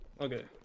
Okay